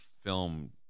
film